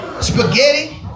spaghetti